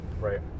right